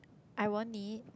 I won't need